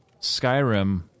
Skyrim